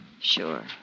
Sure